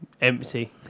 Empty